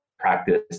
Practice